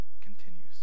continues